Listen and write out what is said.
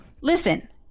Listen